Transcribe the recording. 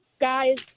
guy's